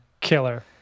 Killer